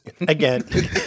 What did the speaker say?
again